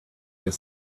your